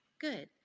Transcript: Good